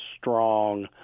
strong